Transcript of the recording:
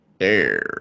air